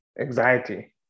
Anxiety